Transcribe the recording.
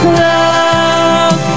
love